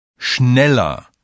Schneller